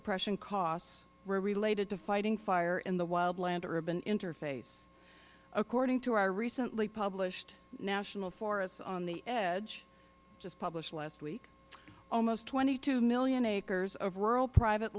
suppression costs were related to fighting fire in the wild land urban interface according to our recently published national forests on the edge just published last week almost twenty two million acres of rural private